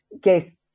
guests